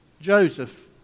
Joseph